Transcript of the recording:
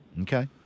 Okay